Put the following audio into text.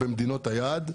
במדינות היעד.